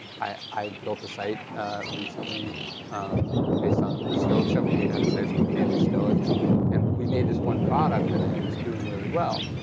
i've built a site recently um based on the stoics, we had a site called daily stoic, and and we made this one product and it was doing really well.